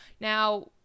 now